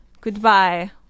Goodbye